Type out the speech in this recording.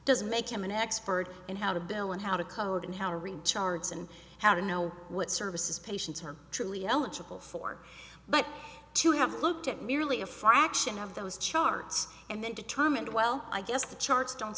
does make him an expert in how to bill and how to code and how to read charts and how to know what services patients are truly eligible for but to have looked at merely a fraction of those charts and then determined well i guess the charts don't